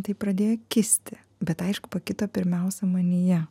tai pradėjo kisti bet aišku pakito pirmiausia manyje